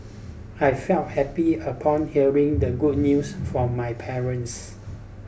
I felt happy upon hearing the good news from my parents